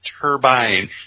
turbine